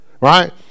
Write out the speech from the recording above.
right